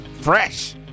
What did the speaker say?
fresh